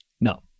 No